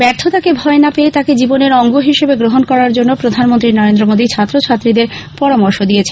ব্যর্থতাকে ভয় না পেয়ে তাকে জীবনের অঙ্গ হিসাবে গ্রহণ করার জন্য প্রধানমন্ত্রী নরেন্দ্র মোদী ছাত্র ছাত্রীদের পরামর্শ দিয়েছেন